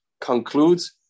concludes